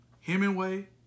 Hemingway